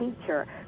teacher